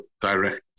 direct